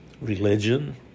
religion